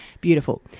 Beautiful